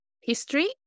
History